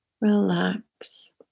relax